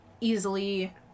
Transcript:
easily